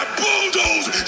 bulldoze